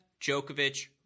Djokovic